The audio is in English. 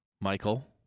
Michael